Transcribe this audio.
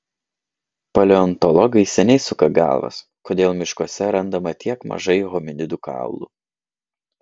paleontologai seniai suka galvas kodėl miškuose randama tiek mažai hominidų kaulų